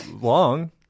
long